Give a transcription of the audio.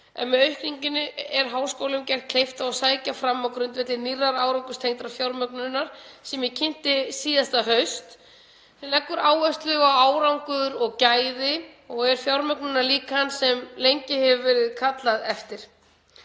en með aukningunni er háskólum gert kleift að sækja fram á grundvelli nýrrar árangurstengdrar fjármögnunar sem ég kynnti síðasta haust, sem leggur áherslu á árangur og gæði og er fjármögnunarlíkan sem lengi hefur verið kallað eftir.